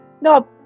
no